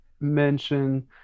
mention